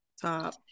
top